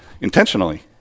intentionally